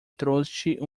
trouxe